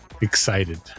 excited